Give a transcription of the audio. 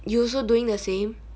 you also doing the same